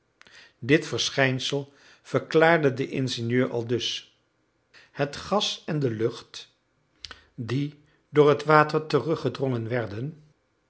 dit verschijnsel verklaarde de ingenieur aldus het gas en de lucht die door het water teruggedrongen werden